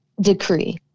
decree